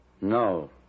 No